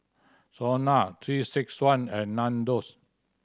SONA Three Six One and Nandos